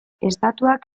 estatuak